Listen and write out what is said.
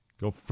Go